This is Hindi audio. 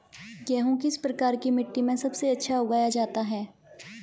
गेहूँ किस प्रकार की मिट्टी में सबसे अच्छा उगाया जाता है?